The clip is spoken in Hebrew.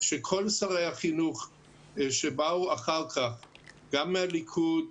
שכל שרי החינוך שבאו אחר-כך גם מהליכוד,